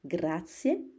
Grazie